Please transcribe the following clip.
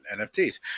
nfts